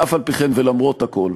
אף-על-פי-כן ולמרות הכול,